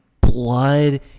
blood